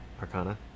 arcana